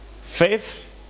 faith